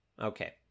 Okay